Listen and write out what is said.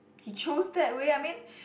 he chose that way I mean